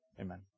Amen